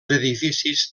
edificis